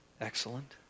Excellent